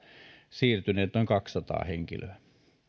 siirtyneet noin kaksisataa henkilöä